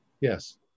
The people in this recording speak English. Yes